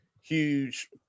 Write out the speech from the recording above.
huge